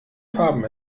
farben